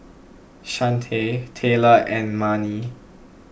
Chante Taylor and Marni